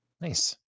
Nice